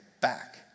back